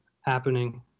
happening